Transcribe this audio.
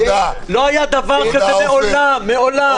לא היה דבר כזה מעולם, מעולם.